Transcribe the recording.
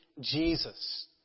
Jesus